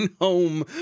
home